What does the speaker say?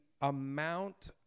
amount